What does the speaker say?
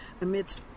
amidst